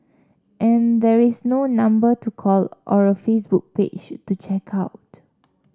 and there is no number to call or a Facebook page to check out